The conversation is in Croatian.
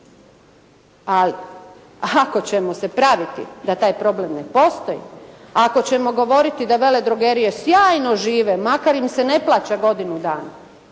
Ali ako ćemo se praviti da taj problem ne postoji, ako ćemo govoriti da veledrogerije sjajno žive makar im se ne plaća godinu dana